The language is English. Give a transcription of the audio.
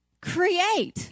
create